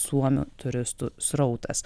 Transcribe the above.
suomių turistų srautas